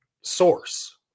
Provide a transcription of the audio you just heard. source